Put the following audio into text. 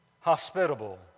hospitable